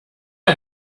ihr